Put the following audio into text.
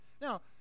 Now